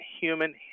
human